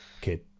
kid